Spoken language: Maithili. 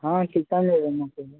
हँ चिकन लेबै